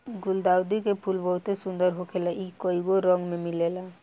गुलदाउदी के फूल बहुते सुंदर होखेला इ कइगो रंग में मिलेला